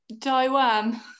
Taiwan